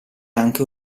anche